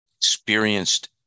experienced